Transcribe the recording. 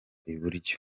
iburyo